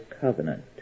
covenant